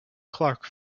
clarke